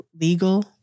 legal